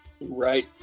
Right